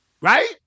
right